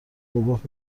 گفت